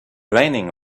raining